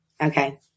Okay